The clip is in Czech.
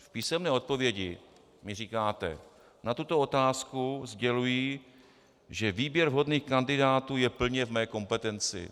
V písemné odpovědi mi říkáte: na tuto otázku sděluji, že výběr vhodných kandidátů je plně v mé kompetenci.